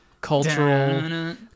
Cultural